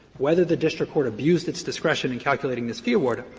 whether the district court abused its discretion in calculating its fee award,